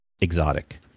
exotic